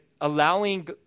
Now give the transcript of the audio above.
allowing